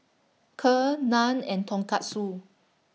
Kheer Naan and Tonkatsu